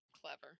clever